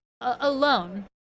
alone